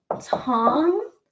Tom